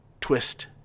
twist